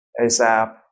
ASAP